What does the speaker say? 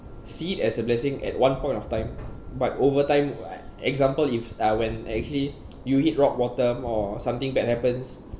see it as a blessing at one point of time but over time for example if uh when actually you hit rock bottom or something bad happens